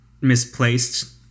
misplaced